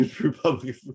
Republic